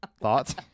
Thoughts